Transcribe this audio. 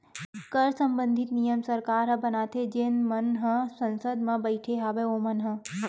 कर संबंधित नियम सरकार ह बनाथे जेन मन ह संसद म बइठे हवय ओमन ह